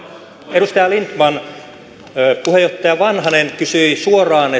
edustaja lindtman puheenjohtaja vanhanen kysyi suoraan